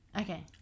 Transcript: Okay